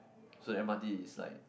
so the M_R_T is like